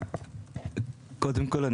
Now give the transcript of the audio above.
קודם כול,